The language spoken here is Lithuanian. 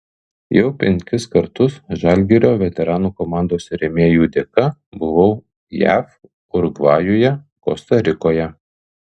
jau penkis kartus žalgirio veteranų komandos rėmėjų dėka buvau jav urugvajuje kosta rikoje